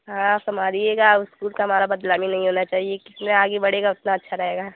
हाँ संभारिएगा और इस्कूल का हमारा बदनामी नहीं होना चाहिए कितने आगे बढ़ेगा उतना अच्छा रहेगा